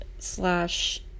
slash